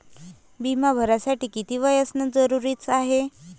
बिमा भरासाठी किती वय असनं जरुरीच हाय?